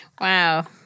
Wow